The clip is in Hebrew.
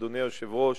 אדוני היושב-ראש,